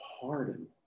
pardon